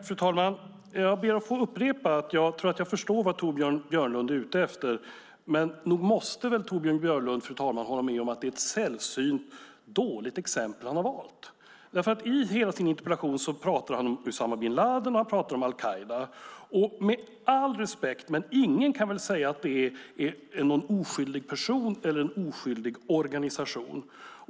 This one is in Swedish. Fru talman! Jag ber att få upprepa att jag tror att jag förstår vad Torbjörn Björlund är ute efter. Men nog måste väl Torbjörn Björlund, fru talman, hålla med om att det är ett sällsynt dåligt exempel han har valt. I hela sin interpellation pratar han om Usama bin Ladin och al-Qaida. Med all respekt - men ingen kan väl säga att det är någon oskyldig person eller en oskyldig organisation?